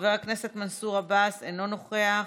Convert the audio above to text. חבר הכנסת מנסור עבאס, אינו נוכח.